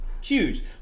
huge